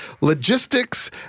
logistics